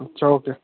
আচ্ছা ওকে